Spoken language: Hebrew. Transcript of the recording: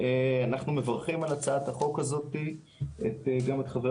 אנו מברכים על הצעת החוק הזאת גם את חבר